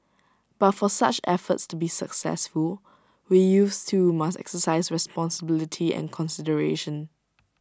but for such efforts to be successful we youths too must exercise responsibility and consideration